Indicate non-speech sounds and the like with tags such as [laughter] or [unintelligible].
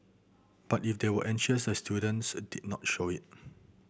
but if they were anxious the students [unintelligible] did not show it [noise]